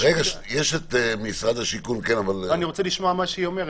יש את משרד השיכון --- אני רוצה לשמוע מה שהיא אומרת,